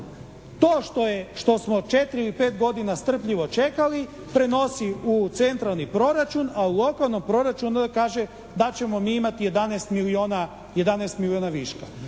to što smo četiri ili pet godina strpljivo čekali prenosi u centralni proračun, a u lokalnom proračunu kaže da ćemo mi imati 11 milijuna viška.